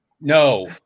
No